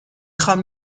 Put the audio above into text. خوام